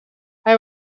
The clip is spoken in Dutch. hij